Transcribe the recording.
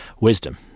wisdom